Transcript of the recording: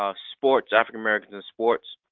ah sports, african-americans in sports,